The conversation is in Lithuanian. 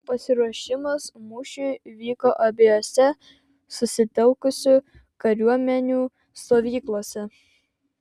pasiruošimas mūšiui vyko abiejose susitelkusių kariuomenių stovyklose